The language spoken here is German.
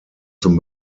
zum